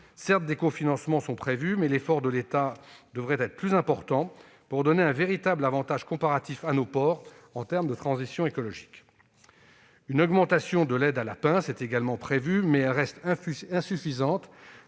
Certes, des cofinancements sont prévus, mais l'effort de l'État aurait pu être plus important pour donner un véritable avantage comparatif à nos ports en matière de transition écologique. Une augmentation de l'aide à la pince est également prévue, mais elle reste insuffisante